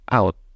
out